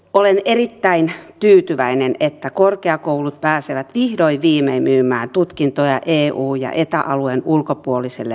olen erittäin tyytyväinen että korkeakoulut pääsevät vihdoin viimein myymään tutkintoja eu ja eta alueen ulkopuolisille maille ja opiskelijoille